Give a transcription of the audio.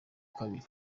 kabiri